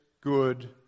good